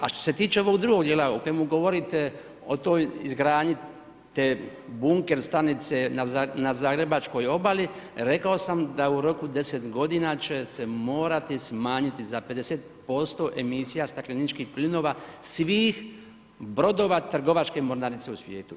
A što se tiče ovog drugog djela o kojemu govorite, o toj izgradnji te bunker stanice na Zagrebačkoj obali, rekao sam da u roku 10 godina će se morati smanjiti za 50% emisija stakleničkih plinova svih brodova trgovačke mornarice u svijetu.